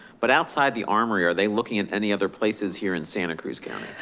but outside the armory, are they looking at any other places here in santa cruz county?